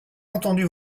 entendu